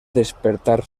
despertar